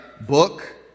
book